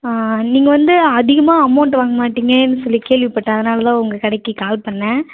நீங்கள் வந்து அதிகமாக அமௌண்ட் வாங்கமாட்டிங்கனு சொல்லி கேள்விப்பட்டேன் அதனால உங்க கடைக்கு கால் பண்ணேன்